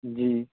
جی